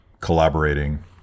collaborating